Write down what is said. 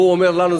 והוא אומר לנו,